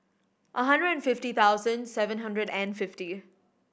a hundred and fifty thousand seven hundred and fifty